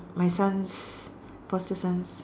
my son's foster sons